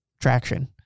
traction